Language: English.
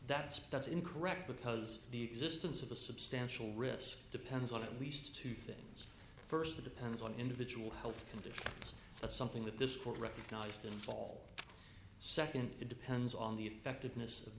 that that's incorrect because the existence of a substantial risk depends on at least two things first it depends on individual health conditions that's something that this court recognized in fall second it depends on the effectiveness of